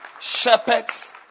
Shepherds